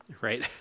Right